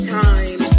time